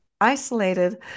isolated